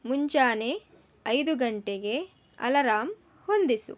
ಮುಂಜಾನೆ ಐದು ಗಂಟೆಗೆ ಅಲರಾಂ ಹೊಂದಿಸು